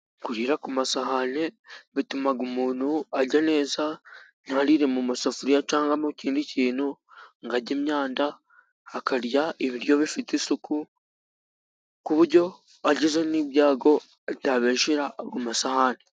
Kurira ku masahani bituma umuntu arya neza. Ntarire mu masafuriya cyangwa mu kindi kintu, ntarye imyanda ahubwo akarya ibiryo bifite isuku. Ku buryo agize n'ibyago atabeshyera ayo masahani.